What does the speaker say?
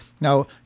Now